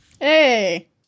Hey